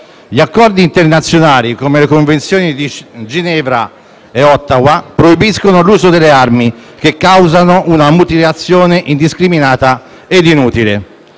Gli accordi internazionali, come le Convenzioni di Ginevra e Ottawa, proibiscono l'uso delle armi che causano una mutilazione indiscriminata e inutile.